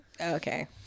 Okay